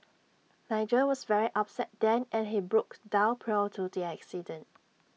Nigel was very upset then and he broke down prior to the accident